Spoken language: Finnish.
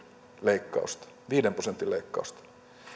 leikkausta viiden prosentin leikkausta